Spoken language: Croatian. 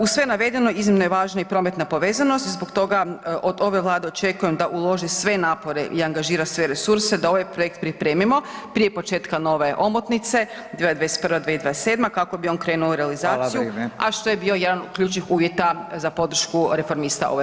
Uz sve navedeno iznimno je važno i prometna povezanost i zbog toga od ove Vlade očekujem da uloži sve napore i angažira sve resurse da ovaj projekt pripremimo prije početka nove omotnice 2021.-2027. kako bi on krenuo u realizaciju, a što je bio jedan od ključnih uvjeta za podršku Reformista ovoj Vladi.